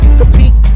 compete